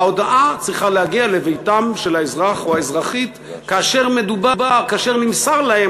ההודעה צריכה להגיע לבית האזרח או האזרחית כאשר נמסר להם